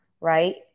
right